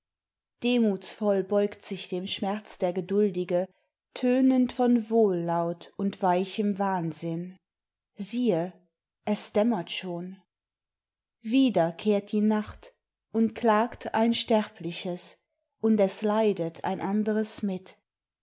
demutsvoll beugt sich dem schmerz der geduldige tönend von wohllaut und weichem wahnsinn siehe es dämmert schon wieder kehrt die nacht und klagt ein sterbliches und es leidet ein anderes mit